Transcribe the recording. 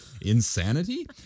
Insanity